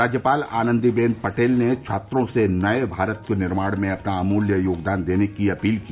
राज्यपाल आनन्दी बेन पटेल ने छात्रों से नये भारत के निर्माण में अपना अमूल्य योगदान देने की अपील की